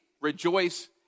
Rejoice